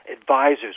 advisors